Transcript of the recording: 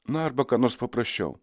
na arba ką nors paprasčiau